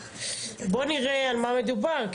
בואו נראה על מה מדובר,